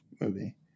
movie